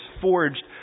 forged